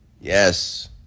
Yes